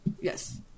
Yes